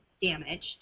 damaged